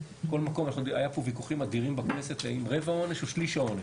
היו פה ויכוחים אדירים בכנסת האם רבע עונש או שליש העונש.